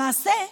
למעשה,